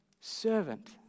servant